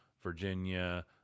Virginia